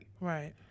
Right